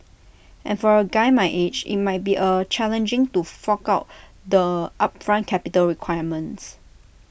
and for A guy my age IT might be A challenging to fork out the upfront capital requirements